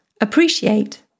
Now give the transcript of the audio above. Appreciate